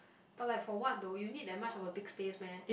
but like for what though you need that much of a big space meh